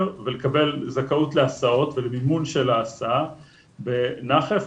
ולקבל זכאות להסעות ולמימון של ההסעה בנחף,